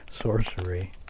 sorcery